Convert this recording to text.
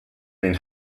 been